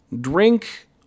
Drink